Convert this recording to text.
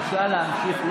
בבקשה להמשיך,